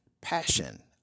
passion